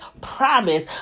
promise